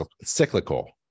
cyclical